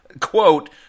quote